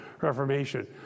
Reformation